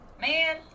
man